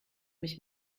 mich